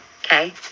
okay